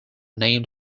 named